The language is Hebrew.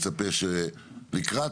מצפה שלקראת